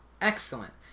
Excellent